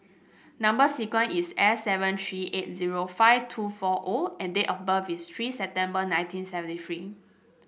number sequence is S seven three eight zero five two four O and date of birth is three September nineteen seventy three